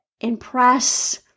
impress